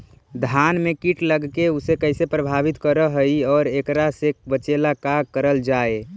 धान में कीट लगके उसे कैसे प्रभावित कर हई और एकरा से बचेला का करल जाए?